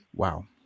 Wow